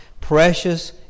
Precious